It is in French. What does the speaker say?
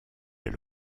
elle